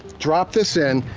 drop this in,